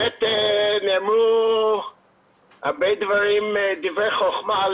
נאמרו הרבה דברים, דברי חכמה,